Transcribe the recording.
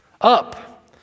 up